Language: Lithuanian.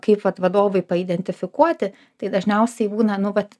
kaip vat vadovui paidentifikuoti tai dažniausiai būna nu vat